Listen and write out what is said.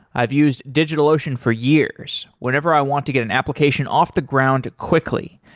i've used digitalocean for years whenever i want to get an application off the ground quickly,